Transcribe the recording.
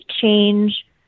change